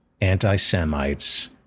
anti-Semites